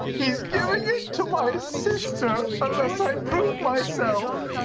he's giving it to my sister unless i prove myself.